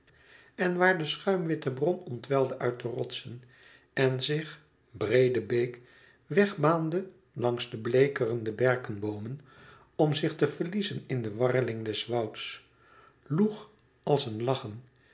en waar de schuimwitte bron ontwelde uit de rotsen en zich breede beek weg baande langs de bleekere berkenboomen om zich te verliezen in de warreling des wouds loech als een lachen